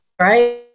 right